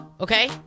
okay